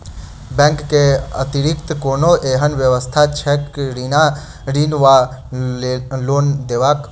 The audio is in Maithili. बैंक केँ अतिरिक्त कोनो एहन व्यवस्था छैक ऋण वा लोनदेवाक?